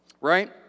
right